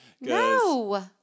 No